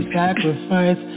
sacrifice